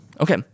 Okay